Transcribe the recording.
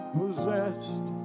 possessed